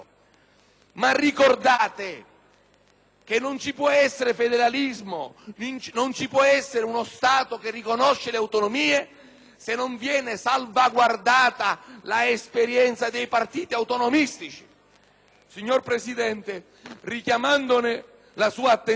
che non ci può essere federalismo, non ci può essere uno Stato che riconosce le autonomie se non viene salvaguardata l'esperienza dei partiti autonomistici. Signor Presidente, richiamando la sua attenzione, voglio